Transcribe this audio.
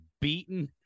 beaten